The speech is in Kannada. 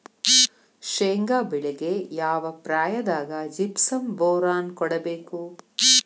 ಶೇಂಗಾ ಬೆಳೆಗೆ ಯಾವ ಪ್ರಾಯದಾಗ ಜಿಪ್ಸಂ ಬೋರಾನ್ ಕೊಡಬೇಕು?